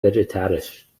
vegetarisch